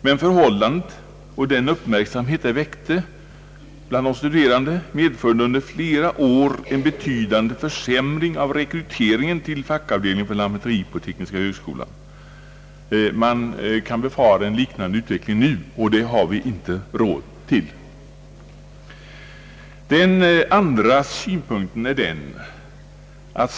men förhållandet och den uppmärksamhet det väckte bland de studerande medförde under flera år en betydande försämring av rekryteringen till fackavdelningen för lantmäteri på tekniska högskolan. Man kan befara en liknande utveckling nu, och det har vi inte råd till. Den andra principiella synpunkten är följande.